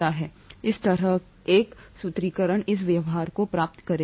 इस तरह एक सूत्रीकरण इस व्यवहार को प्राप्त करेगा